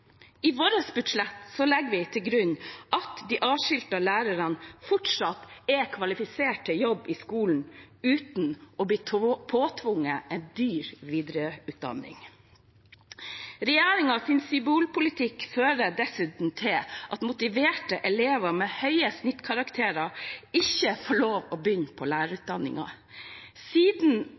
I vårt budsjett legger vi til grunn at de avskiltede lærerne fortsatt er kvalifisert til jobb i skolen uten å bli påtvunget dyr videreutdanning. Regjeringens symbolpolitikk fører dessuten til at motiverte elever med høy snittkarakter ikke får lov til å begynne på lærerutdanningen. Siden